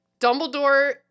Dumbledore